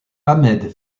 ahmed